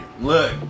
Look